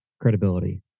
credibility